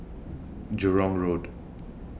Jurong Road